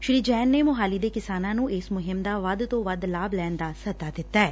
ਸ੍ਰੀ ਜੈਨ ਨੇ ਮੋਹਾਲੀ ਦੇ ਕਿਸਾਨਾਂ ਨੂੰ ਇਸ ਮੁਹਿੰਮ ਦਾ ਵੱਧ ਤੋਂ ਵੱਧ ਲਾਭ ਲੈਣ ਦਾ ਸੱਦਾ ਦਿੱਤੈ